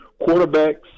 quarterbacks